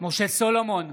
משה סולומון,